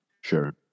Sure